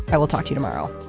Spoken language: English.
i will talk to you tomorrow